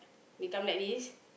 become like this